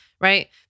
right